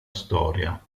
storia